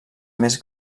més